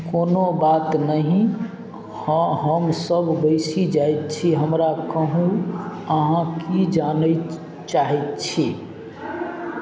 कोनो बात नहि हँ हमसभ बैसि जाइत छी हमरा कहू अहाँ की जानय च चाहैत छी